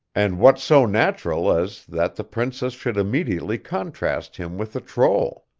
and what so natural as that the princess should immediately contrast him with the troll.